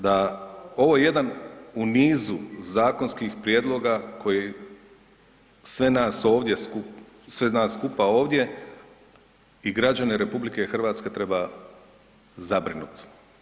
Da ovo je jedan u nizu zakonskih prijedloga koji sve nas ovdje skupa, sve nas skupa ovdje i građane RH treba zabrinuti.